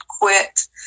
quit